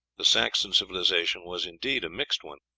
the saxon civilization was indeed a mixed one.